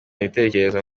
ibitekerezo